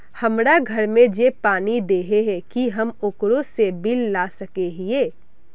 हमरा घर में जे पानी दे है की हम ओकरो से बिल ला सके हिये?